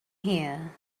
here